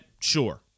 sure